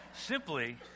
simply